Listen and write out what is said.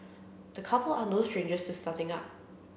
the couple are no strangers to starting up